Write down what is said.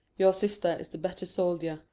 your sister is the better soldier.